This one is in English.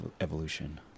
evolution